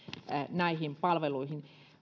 näihin palveluihin